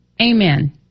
Amen